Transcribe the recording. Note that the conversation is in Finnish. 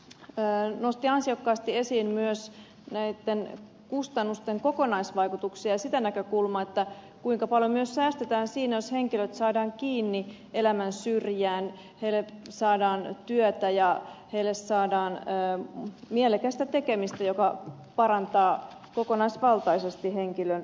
lahtela nosti ansiokkaasti esiin myös näitten kustannusten kokonaisvaikutuksia ja sitä näkökulmaa kuinka paljon myös säästetään siinä jos henkilöt saadaan kiinni elämän syrjään heille saadaan työtä ja heille saadaan mielekästä tekemistä joka parantaa kokonaisvaltaisesti henkilön hyvinvointia